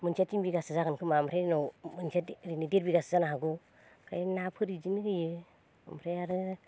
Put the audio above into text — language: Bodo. मोनसेया तिन बिगासो जागोन खोमा ओमफ्राय उनाव मोनसेआ ओरैनो देरबिगासो जानो हागौ ओमफ्राय नाफोर इदिनो होयो ओमफ्राय आरो